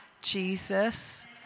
Jesus